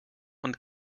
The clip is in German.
und